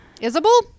Isabel